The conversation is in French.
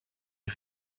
est